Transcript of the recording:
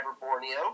Borneo